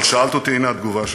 אבל שאלת אותי, והנה התגובה שלי: